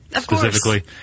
specifically